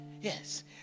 yes